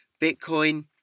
Bitcoin